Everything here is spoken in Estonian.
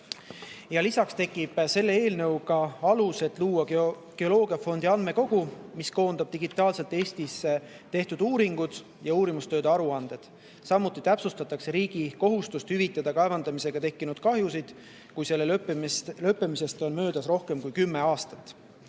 oktoobril. Lisaks tekib selle eelnõuga alus, et luua geoloogiafondi andmekogu, mis koondab digitaalselt Eestis tehtud uuringud ja uurimistööde aruanded. Samuti täpsustatakse riigi kohustust hüvitada kaevandamisega tekkinud kahjusid, kui selle lõppemisest on möödas rohkem kui kümme aastat. Need